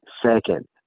Second